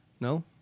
No